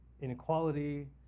inequality